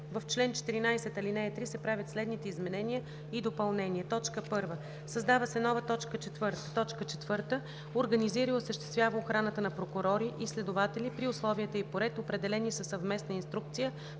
в чл. 14, ал. 3 се правят следните изменения и допълнения: 1. Създава се нова т. 4: „4. организира и осъществява охраната на прокурори и следователи при условия и по ред, определени със съвместна инструкция